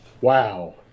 Wow